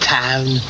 town